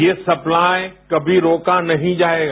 यह सप्लाई कभी रोका नहीं जायेगा